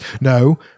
No